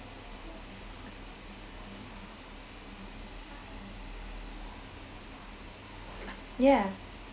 yeah